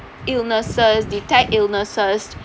illnesses detect illnesses